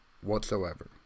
whatsoever